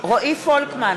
רועי פולקמן,